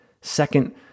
Second